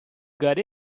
got